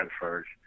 first